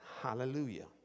Hallelujah